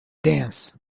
dance